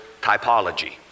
typology